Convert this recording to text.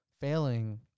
failing